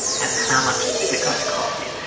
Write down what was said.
and how much is it going to cost me,